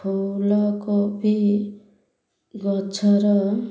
ଫୁଲକୋବି ଗଛର